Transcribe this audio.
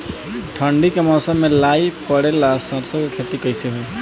ठंडी के मौसम में लाई पड़े ला सरसो के खेती कइसे होई?